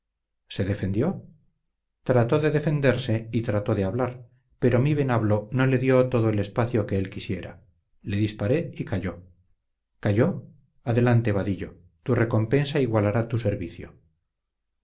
se defendió trató de defenderse y trató de hablar pero mi venablo no le dio todo el espacio que él quisiera le disparé y cayó cayó adelante vadillo tu recompensa igualará tu servicio